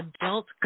adult